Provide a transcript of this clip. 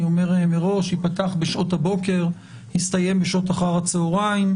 אני אומר מראש: הדיון ייפתח בשעות הבוקר ויסתיים בשעות אחר הצהריים.